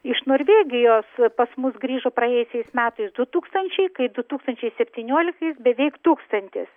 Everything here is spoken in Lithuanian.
iš norvėgijos pas mus grįžo praėjusiais metais du tūkstančiai kai du tūkstančiai septynioliktais beveik tūkstantis